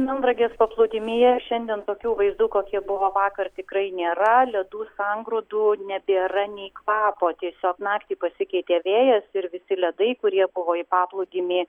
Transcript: melnragės paplūdimyje šiandien tokių vaizdų kokie buvo vakar tikrai nėra ledų sangrūdų nebėra nei kvapo tiesiog naktį pasikeitė vėjas ir visi ledai kurie buvo į paplūdimį